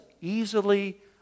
easily